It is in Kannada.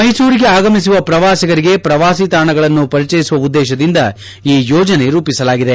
ಮೈಸೂರಿಗೆ ಆಗಮಿಸುವ ಪ್ರವಾಸಿಗರಿಗೆ ಪ್ರವಾಸಿ ತಾಣಗಳನ್ನ ಪರಿಚಯಿಸುವ ಉದ್ದೇಶದಿಂದ ಈ ಯೋಜನೆ ರೂಪಿಸಲಾಗಿದೆ